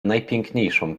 najpiękniejszą